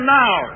now